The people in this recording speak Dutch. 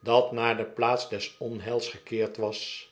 dat naar de plaats des onheils gekeerd was